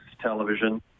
television